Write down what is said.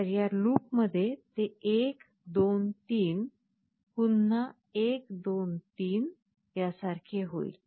तर या लूपमध्ये ते 123 पुन्हा 1 2 3 यासारखे होईल